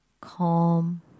calm